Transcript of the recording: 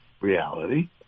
reality